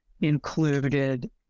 included